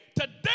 Today